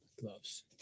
Gloves